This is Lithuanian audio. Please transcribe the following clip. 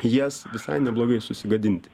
jas visai neblogai susigadinti